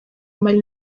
mali